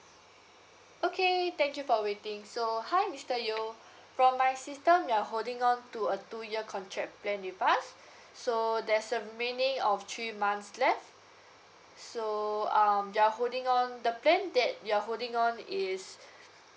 okay thank you for waiting so hi mister yeoh from my system you're holding on to a two year contract plan with us so there's a remaining of three months left so um you're holding on the plan that you're holding on is